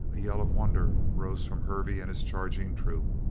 a yell of wonder rose from hervey and his charging troop.